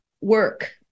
work